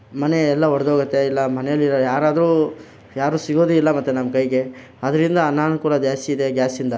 ಮನೆಯೆಲ್ಲ ಒಡ್ದೋಗುತ್ತೆ ಇಲ್ಲ ಮನೆಯಲ್ಲಿರೋ ಯಾರಾದರೂ ಯಾರು ಸಿಗೋದು ಇಲ್ಲ ಮತ್ತು ನಮ್ಮ ಕೈಗೆ ಆದರಿಂದ ಅನಾನುಕೂಲ ಜಾಸ್ತಿ ಇದೆ ಗ್ಯಾಸಿಂದ